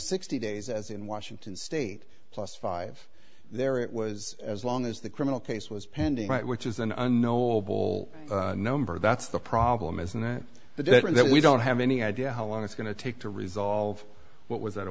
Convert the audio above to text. sixty days as in washington state plus five there it was as long as the criminal case was pending right which is an unknowable number that's the problem isn't that the day that we don't have any idea how long it's going to take to resolve what was